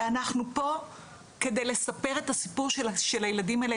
ואנחנו פה כדי לספר את הסיפור של הילדים האלה,